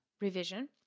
revision